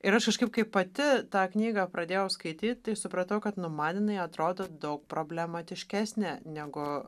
ir aš kažkaip kaip pati tą knygą pradėjau skaityti supratau kad nu man jinai atrodo daug problematiškesnė negu